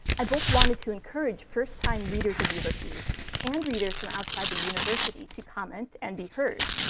i both wanted to encourage first-time readers of ulysses and readers from outside the university to comment and be heard,